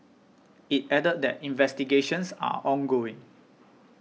it added that investigations are ongoing